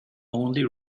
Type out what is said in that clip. only